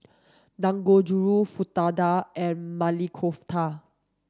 Dangojiru Fritada and Maili Kofta